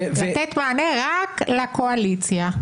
לתת מענה רק לקואליציה.